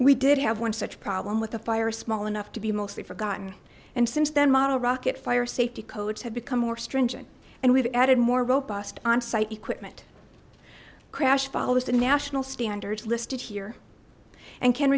we did have one such problem with a fire small enough to be mostly forgotten and since then model rocket fire safety codes have become more stringent and we've added more robust on site equipment crash follows the national standards listed here and can